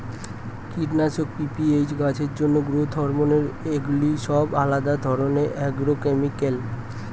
কীটনাশক, পি.পি.এইচ, গাছের জন্য গ্রোথ হরমোন এগুলি সব আলাদা ধরণের অ্যাগ্রোকেমিক্যাল